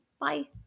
Bye